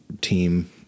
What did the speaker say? team